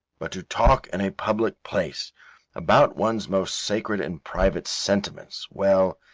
but to talk in a public place about one's most sacred and private sentiments well,